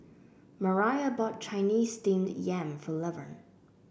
Mariah bought Chinese Steamed Yam for Levern